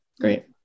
great